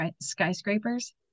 skyscrapers